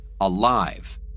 alive